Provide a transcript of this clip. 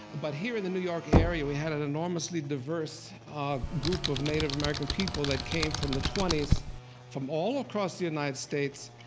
but here in the new york area we had an enormously diverse group of native american people that came from the twenty s from all across the united states,